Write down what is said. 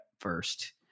first